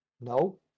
no